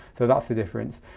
so that's the difference.